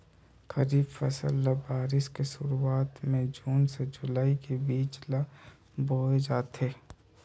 खरीफ फसल ल बारिश के शुरुआत में जून से जुलाई के बीच ल बोए जाथे